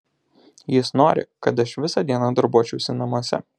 jis nori kad aš visą dieną darbuočiausi namuose